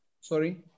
Sorry